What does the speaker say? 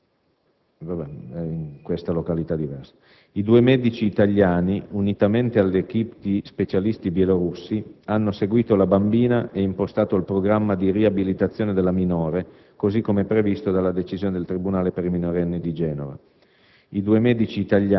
I due medici italiani, unitamente all'*équipe* di specialisti bielorussi, hanno seguito la bambina e impostato il programma di riabilitazione della minore, così come previsto dalla decisione del tribunale per i minorenni di Genova.